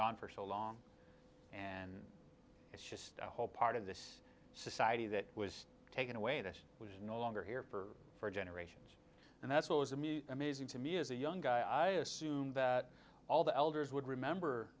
gone for so long and it's just a whole part of this society that was taken away that was no longer here for for generations and that's what was amazing to me as a young guy i assume that all the elders would remember